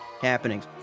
happenings